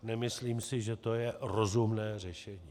Nemyslím si, že to je rozumné řešení.